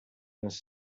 this